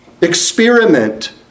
experiment